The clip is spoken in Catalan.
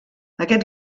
aquest